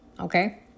Okay